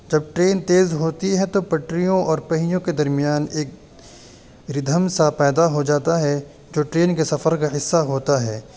جب ٹرین تیز ہوتی ہے تو پٹریوں اور پہیوں کے درمیان ایک ردھم سا پیدا ہو جاتا ہے جو ٹرین کے سفر کا حصہ ہوتا ہے